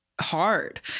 hard